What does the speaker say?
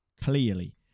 Clearly